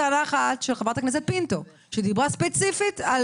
טענה אחת של חברת הכנסת פינטו, שדיברה ספציפית על